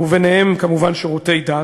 וביניהם כמובן שירותי דת,